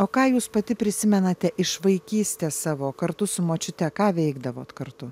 o ką jūs pati prisimenate iš vaikystės savo kartu su močiute ką veikdavot kartu